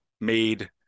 made